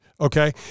Okay